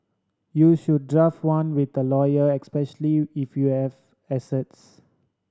you should draft one with a lawyer especially if you have assets